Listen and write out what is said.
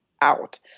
out